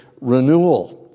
renewal